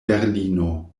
berlino